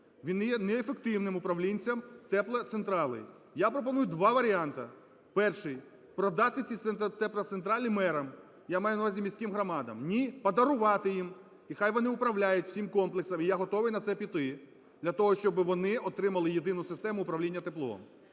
Він є неефективним управлінцем теплоцентралей. Я пропоную два варіанти. Перший – продати ці теплоцентралі мерам. Я маю на увазі, міським громадам. Ні? Подарувати їм, і хай вони управляють всім комплексом. І я готовий на це піти для того, щоби вони отримали єдину систему управління теплом.